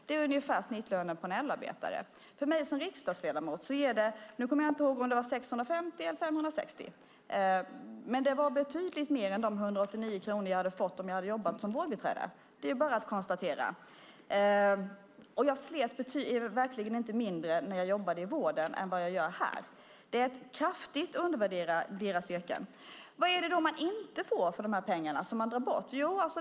Det är ungefär snittlönen för en LO-arbetare. Mig som riksdagsledamot ger det 650 eller 560 - jag minns inte vilket - alltså betydligt mer än de 189 kronor jag hade fått om jag hade jobbat som vårdbiträde. Det är bara att konstatera. Jag slet verkligen inte mindre när jag jobbade i vården än vad jag gör här. Det är ett kraftigt undervärderat yrke. Vad är det man inte får för de här pengarna och som man drar bort?